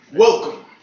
Welcome